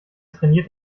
trainiert